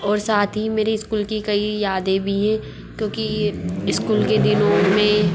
और साथ ही मेरे इस्कूल की कई यादें भी है क्योंकि ये इस्कूल के दिनों में